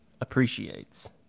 appreciates